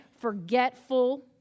forgetful